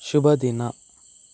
ಶುಭ ದಿನ